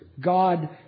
God